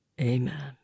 Amen